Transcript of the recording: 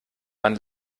man